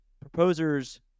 proposers